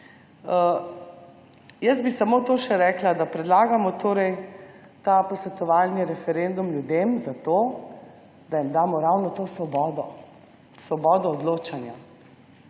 Jaz bi samo to še rekla, da predlagamo torej ta posvetovalni referendum ljudem zato, da jim damo ravno to svobodo, svobodo odločanja.